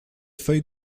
feuilles